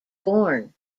born